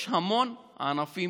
יש המון ענפים